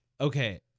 Okay